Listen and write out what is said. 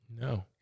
No